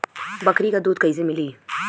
बकरी क दूध कईसे मिली?